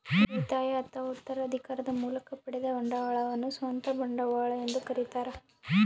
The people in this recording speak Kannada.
ಉಳಿತಾಯ ಅಥವಾ ಉತ್ತರಾಧಿಕಾರದ ಮೂಲಕ ಪಡೆದ ಬಂಡವಾಳವನ್ನು ಸ್ವಂತ ಬಂಡವಾಳ ಎಂದು ಕರೀತಾರ